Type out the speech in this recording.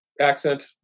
accent